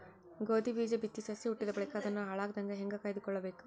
ಗೋಧಿ ಬೀಜ ಬಿತ್ತಿ ಸಸಿ ಹುಟ್ಟಿದ ಬಳಿಕ ಅದನ್ನು ಹಾಳಾಗದಂಗ ಹೇಂಗ ಕಾಯ್ದುಕೊಳಬೇಕು?